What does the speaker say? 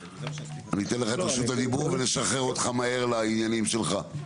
אני אתן לך את רשות הדיבור ונשחרר אותך מהר לעניינים שלך.